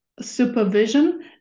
supervision